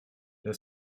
der